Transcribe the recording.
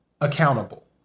accountable